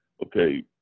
okay